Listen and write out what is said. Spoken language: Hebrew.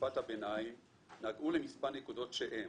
בתקופת הביניים נגעו למספר נקודות שהן: